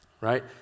right